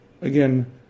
again